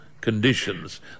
conditions